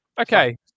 Okay